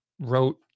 wrote